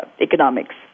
economics